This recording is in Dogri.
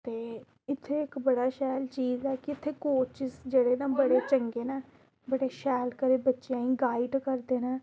ते इत्थें इक बड़ा शैल चीज़ ऐ कि इत्थै कोचिस जेह्ड़े न बड़े चंगे न बड़े शैल कन्नै बच्चेआं गी गाइड करदे न